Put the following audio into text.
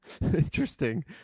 Interesting